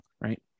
Right